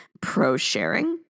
pro-sharing